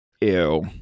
Ew